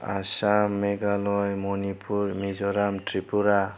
Assam Meghalaya Manipur Mizoram Tripura